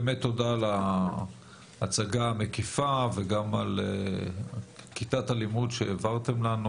באמת תודה על ההצגה המקיפה וגם על כיתת הלימוד שהעברתם לנו,